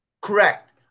Correct